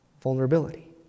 Vulnerability